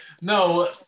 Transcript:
No